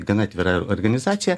gana atvira ar organizacija